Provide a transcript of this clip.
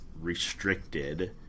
restricted